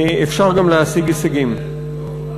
אפשר גם להשיג הישגים.